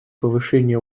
повышения